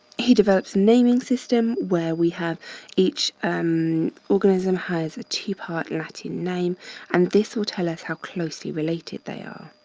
he develops naming system where we have each um organism has a two part latin name and this will tell us how closely related they are.